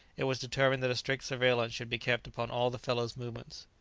it was determined that a strict surveillance should be kept upon all the fellow's movements.